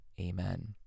Amen